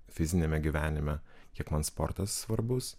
fiziniame gyvenime kiek man sportas svarbus